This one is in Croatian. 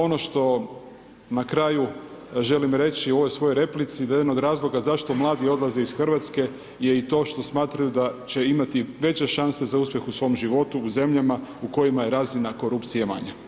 Ono što na kraju želim reći u ovoj svojoj replici, da jedan od razloga zašto mladi odlaze iz Hrvatske je i to što smatraju da će imati veće šanse za uspjeh u svom životu u zemljama u kojima je razina korupcije manja.